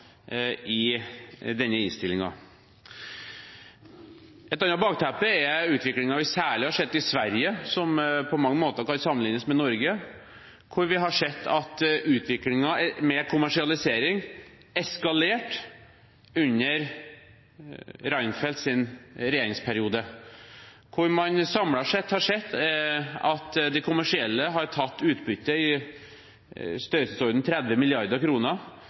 i denne innstillingen. Et annet bakteppe er utviklingen vi særlig har sett i Sverige, som på mange måter kan sammenlignes med Norge. Der har vi sett at utviklingen med kommersialisering har eskalert under Reinfeldts regjeringsperiode – samlet sett har de kommersielle der tatt ut utbytte i størrelsesorden 30